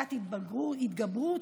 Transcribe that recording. פסקת התגברות,